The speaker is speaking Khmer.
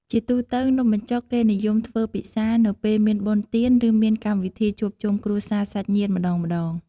ជាទូទៅ នំបញ្ចុកគេនិយមធ្វើពិសានៅពេលមានបុណ្យទានឬមានកម្មវិធីជួបជុំគ្រួសារសាច់ញាតិម្តងៗ។